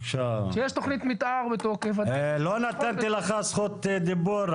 כשיש תכנית מתאר בתוקף --- לא נתתי לך זכות דיבור,